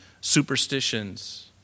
superstitions